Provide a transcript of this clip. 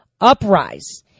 uprise